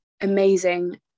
amazing